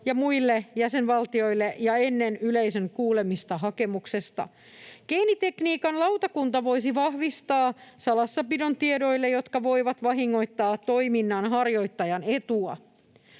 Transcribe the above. ja muille jäsenvaltioille ja ennen yleisön kuulemista hakemuksesta. Geenitekniikan lautakunta voisi vahvistaa salassapidon tiedoille, jotka voivat vahingoittaa toiminnanharjoittajan etua.